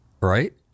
Right